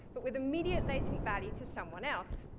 but with immediate latent value to someone else.